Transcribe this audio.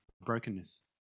brokenness